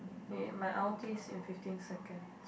wait my ulti is in fifteen seconds